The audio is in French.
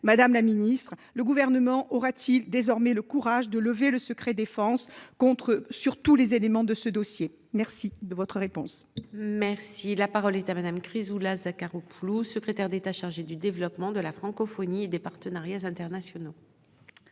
madame la Ministre, le gouvernement aura-t-il désormais le courage de lever le secret défense contre sur tous les éléments de ce dossier. Merci de votre réponse. Merci la parole est à madame Chrysoula Zacharopoulou Secrétaire d'État chargée du développement de la francophonie et des partenariats internationaux.